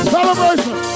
Celebration